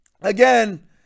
Again